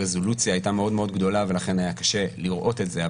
הרזולוציה הייתה מאוד מאוד גדולה ולכן היה קשה לראות את זה.